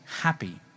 happy